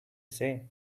say